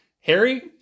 Harry